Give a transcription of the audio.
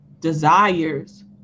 desires